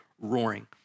roaring